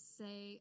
say